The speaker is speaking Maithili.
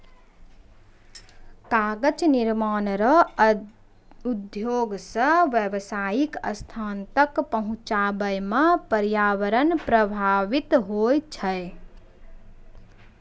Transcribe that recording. कागज निर्माण रो उद्योग से व्यावसायीक स्थान तक पहुचाबै मे प्रर्यावरण प्रभाबित होय छै